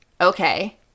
Okay